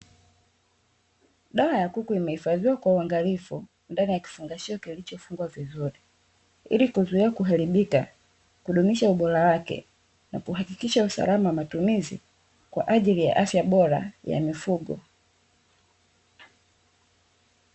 Dawa ya kuku imehifadhiwa kwa uangalifu ndani ya kifungashio kilichao funga vizuri ili kuzuia kuharibika kudumisha ubora wake na kuhakikisha usalama wa matumizi kwa ajili ya afya bora ya mifugo.